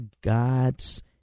God's